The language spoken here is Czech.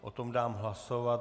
O tom dám hlasovat.